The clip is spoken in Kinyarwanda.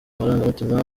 amarangamutima